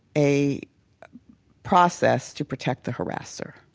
a process to protect the harasser.